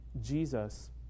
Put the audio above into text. Jesus